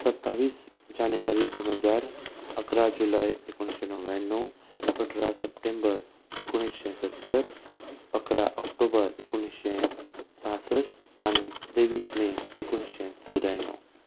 सत्तावीस जानेवारी दोन हजार इकरा जुलय एकुणशे णव्याण्णव अठरा सप्टेंबर एकुणीशें सत्तर इकरा ऑक्टोबर एकुणीशें सासश्ट आनी तेव्वीस मे एकुणीशें चौद्याणव